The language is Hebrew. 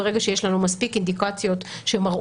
ברגע שיש לנו מספיק אינדיקציות שמראות